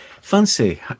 Fancy